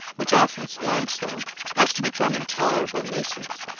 which often swarm so as to become intolerable nuisances,